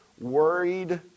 worried